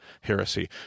heresy